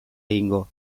egingo